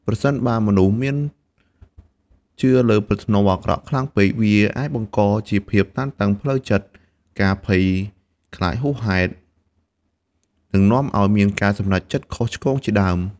ប្រសិនបើមនុស្សមានជឿលើប្រផ្នូលអាក្រក់ខ្លាំងពេក វាអាចបង្កជាភាពតានតឹងផ្លូវចិត្ត ការភ័យខ្លាចហួសហេតុ និងនាំឱ្យមានការសម្រេចចិត្តខុសឆ្គងជាដើម។